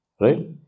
Right